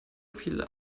viele